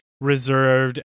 reserved